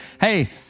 hey